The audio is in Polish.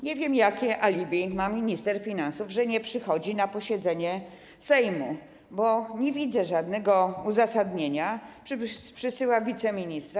Nie wiem, jakie alibi ma minister finansów, że nie przychodzi na posiedzenie Sejmu, bo nie widzę żadnego uzasadnienia, żeby przysyłał wiceministra.